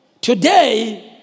today